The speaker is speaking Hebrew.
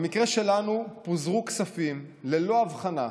במקרה שלנו פוזרו כספים ללא הבחנה,